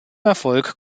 erfolg